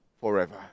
forever